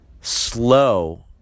slow